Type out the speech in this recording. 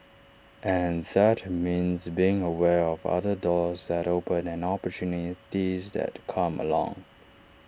and that means being aware of other doors that open and opportunities that come along